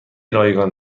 رایگان